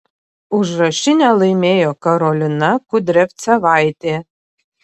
užrašinę laimėjo karolina kudriavcevaitė